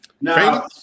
Now